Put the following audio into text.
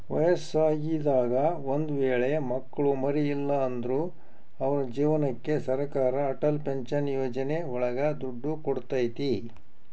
ವಯಸ್ಸಾಗಿದಾಗ ಒಂದ್ ವೇಳೆ ಮಕ್ಳು ಮರಿ ಇಲ್ಲ ಅಂದ್ರು ಅವ್ರ ಜೀವನಕ್ಕೆ ಸರಕಾರ ಅಟಲ್ ಪೆನ್ಶನ್ ಯೋಜನೆ ಒಳಗ ದುಡ್ಡು ಕೊಡ್ತೈತಿ